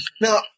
Now